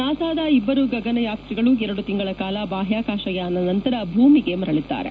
ನಾಸಾದ ಇಬ್ಬರು ಗಗನಯಾತ್ರಿಗಳು ಎರಡು ತಿಂಗಳ ಕಾಲ ಬಾಹ್ಯಾಕಾಶಯಾನ ನಂತರ ಭೂಮಿಗೆ ಮರಳಿದ್ದಾರೆ